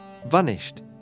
Vanished